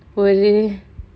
worry